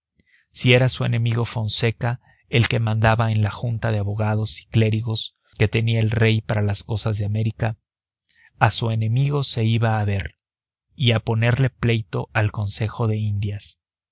si era su enemigo fonseca el que mandaba en la junta de abogados y clérigos que tenía el rey para las cosas de américa a su enemigo se iba a ver y a ponerle pleito al consejo de indias